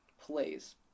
Plays